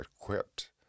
equipped